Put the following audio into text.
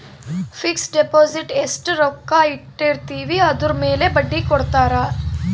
fix deposit ಎಸ್ಟ ರೊಕ್ಕ ಇಟ್ಟಿರ್ತಿವಿ ಅದುರ್ ಮೇಲೆ ಬಡ್ಡಿ ಕೊಡತಾರ